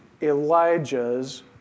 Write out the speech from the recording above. Elijah's